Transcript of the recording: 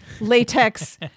latex